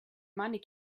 money